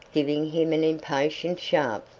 giving him an impatient shove.